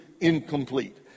incomplete